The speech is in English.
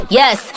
yes